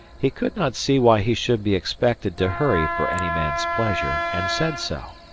he could not see why he should be expected to hurry for any man's pleasure, and said so.